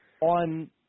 on –